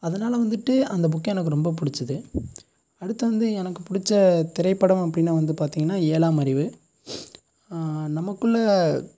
அதனால் வந்துட்டு அந்த புக் எனக்கு ரொம்ப பிடிச்சுது அடுத்து வந்து எனக்கு பிடிச்ச திரைப்படம் அப்படினா வந்து பார்த்தீங்கனா ஏழாம் அறிவு நமக்குள்ளே